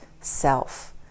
self